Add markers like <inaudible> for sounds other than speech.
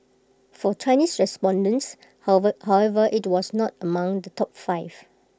for Chinese respondents <unintelligible> however IT was not among the top five